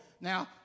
now